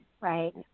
Right